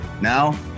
Now